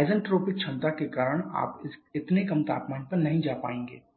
isentropic क्षमता के कारण आप इतने कम तापमान पर नहीं जा पाएंगे